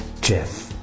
Jeff